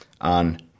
on